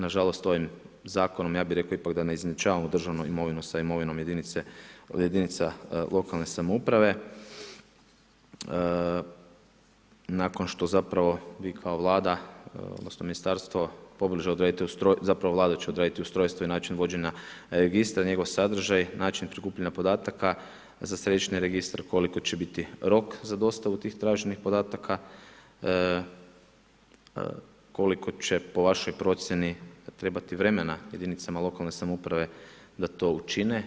Nažalost ovim zakonom ja bih rekao ipak da ne izjednačavamo državnu imovinu sa imovinom jedinica lokalne samouprave nakon što zapravo vi kao Vlada, odnosno ministarstvo pobliže odredite ustrojstvo, zapravo Vlada će odrediti ustrojstvo i način vođenja registra, njegov sadržaj, način prikupljanja podataka, za središnji registar koliki će biti rok za dostavu tih traženih podataka, koliko će po vašoj procjeni trebati vremena jedinicama lokalne samouprave da to učine.